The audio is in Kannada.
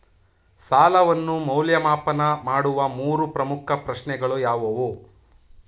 ಸಾಲವನ್ನು ಮೌಲ್ಯಮಾಪನ ಮಾಡುವ ಮೂರು ಪ್ರಮುಖ ಪ್ರಶ್ನೆಗಳು ಯಾವುವು?